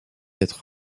être